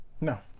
No